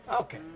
Okay